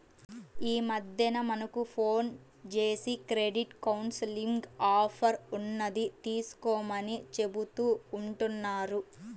యీ మద్దెన మనకు ఫోన్ జేసి క్రెడిట్ కౌన్సిలింగ్ ఆఫర్ ఉన్నది తీసుకోమని చెబుతా ఉంటన్నారు